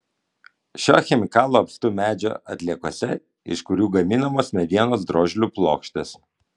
šio chemikalo apstu medžio atliekose iš kurių gaminamos medienos drožlių plokštės